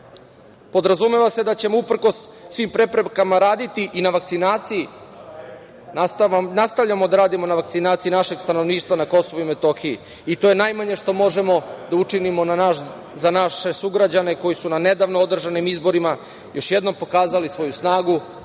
narode. Podrazumeva se da ćemo uprkos svim preprekama raditi i na vakcinaciji. Nastavljamo da radimo na vakcinaciji našeg stanovništva na Kosovu i Metohiji, i to je najmanje što možemo da učinimo za naše sugrađane koji su na nedavno održanim izborima još jednom pokazali svoju snagu,